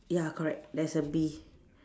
ya correct there's a bee